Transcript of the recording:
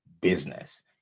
business